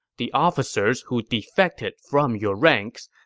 the officers who defected from your ranks,